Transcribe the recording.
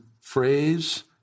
phrase